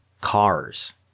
Cars